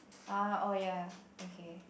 ah oh ya okay